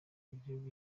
igihugu